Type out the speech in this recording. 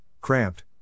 cramped